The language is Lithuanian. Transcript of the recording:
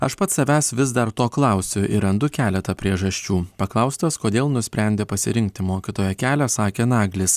aš pats savęs vis dar to klausiu ir randu keletą priežasčių paklaustas kodėl nusprendė pasirinkti mokytojo kelią sakė naglis